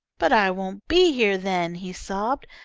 but i won't be here then, he sobbed.